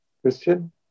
Christian